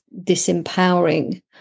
disempowering